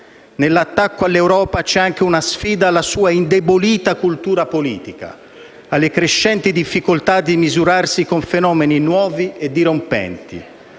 Nell'attacco all'Europa c'è anche una sfida alla sua indebolita cultura politica, alle crescenti difficoltà di misurarsi con fenomeni nuovi e dirompenti.